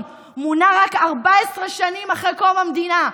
מונה רק 14 שנים אחרי קום המדינה,